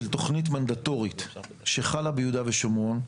תוכנית מנדטורית שחלה ביהודה ושומרון.